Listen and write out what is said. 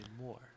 more